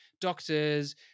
doctors